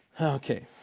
Okay